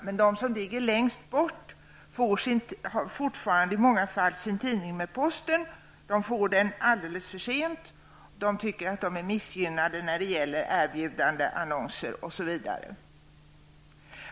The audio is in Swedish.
Men de som bor längst bort får fortfarande i många fall sin tidning med posten. De får den alldeles för sent. De tycker att de är missgynnade när det gäller erbjudandeannonser osv.